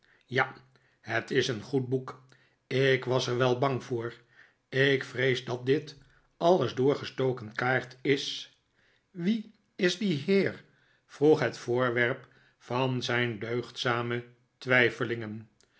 ja het is een goed boek ik was er wel bang voor ik vrees dat dit alles doorgestoken kaart is wie is die heer vroeg het voorwerp van zijn